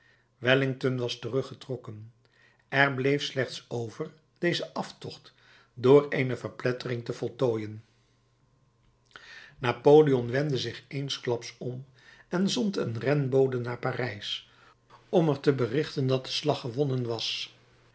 wellington was teruggetrokken er bleef slechts over dezen aftocht door eene verplettering te voltooien napoleon wendde zich eensklaps om en zond een renbode naar parijs om er te berichten dat de slag gewonnen was